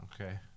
Okay